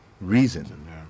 reason